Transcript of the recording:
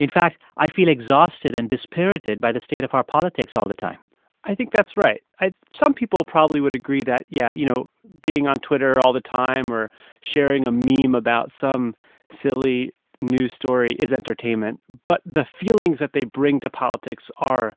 in fact, i feel exhausted and dispirited by the state of our politics all the time i think that's right. some people probably would agree that, yeah, you know, being on twitter all the time or sharing a meme about some silly news story is entertainment. but the feelings that they bring to politics are